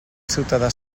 ciutadà